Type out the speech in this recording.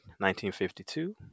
1952